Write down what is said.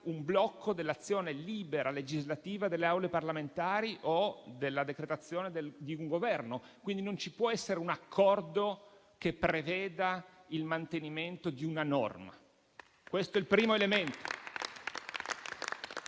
un blocco dell'azione legislativa libera delle Aule parlamentari o della decretazione di un Governo. Quindi non ci può essere un accordo che preveda il mantenimento di una norma. Questo è il primo elemento.